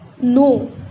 No